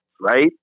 right